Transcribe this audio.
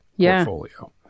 portfolio